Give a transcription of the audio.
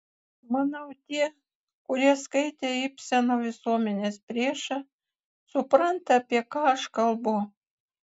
manau tie kurie skaitė ibseno visuomenės priešą supranta apie ką aš kalbu